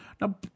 Now